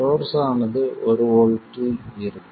source ஆனது 1 வோல்ட்டில் இருக்கும்